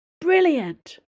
Brilliant